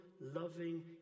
loving